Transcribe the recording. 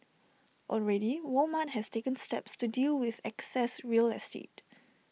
already Walmart has taken steps to deal with excess real estate